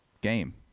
game